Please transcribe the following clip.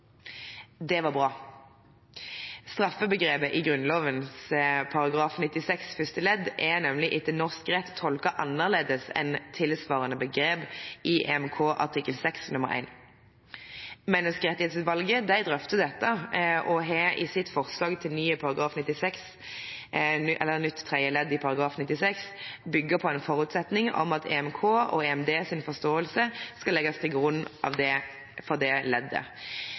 bra. Straffebegrepet i Grunnloven § 96 første ledd er nemlig etter norsk rett tolket annerledes enn tilsvarende begrep i EMK artikkel 6 nr. 1. Menneskerettighetsutvalget drøftet dette og har i sitt forslag til nytt tredje ledd i § 96 bygd på en forutsetning om at EMKs og EMDs forståelse skal legges til grunn for det leddet.